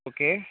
okay